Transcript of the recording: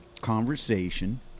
conversation